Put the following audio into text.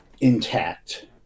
intact